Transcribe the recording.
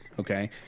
Okay